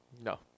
no